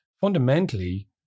fundamentally